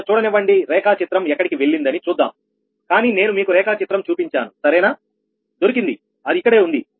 నన్ను చూడనివ్వండి రేఖాచిత్రం ఎక్కడికి వెళ్ళింది అని చూద్దాం కానీ నేను మీకు రేఖాచిత్రం చూపించాను సరేనా దొరికింది అది ఇక్కడే ఉంది